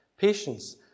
patience